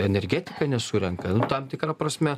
energetika nesurenka tam tikra prasme